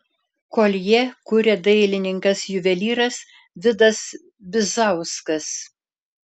koljė kuria dailininkas juvelyras vidas bizauskas